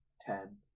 Ten